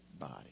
body